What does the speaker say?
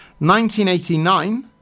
1989